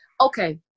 okay